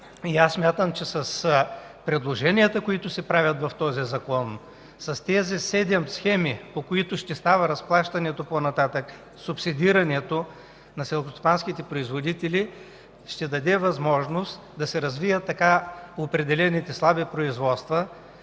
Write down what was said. и смятам, че с предложенията, които се правят в този закон с тези седем схеми, по които ще става разплащането по-нататък, субсидирането на селскостопанските производители ще даде възможност да се развият определените слаби производства,